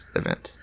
event